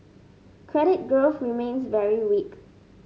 credit growth remains very weak